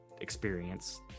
experience